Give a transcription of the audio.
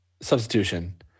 substitution